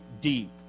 deep